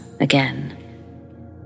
again